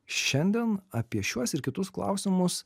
šiandien apie šiuos ir kitus klausimus